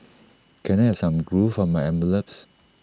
can I have some glue for my envelopes